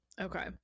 Okay